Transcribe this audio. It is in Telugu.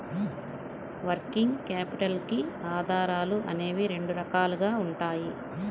వర్కింగ్ క్యాపిటల్ కి ఆధారాలు అనేవి రెండు రకాలుగా ఉంటాయి